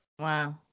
Wow